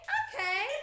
okay